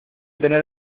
tener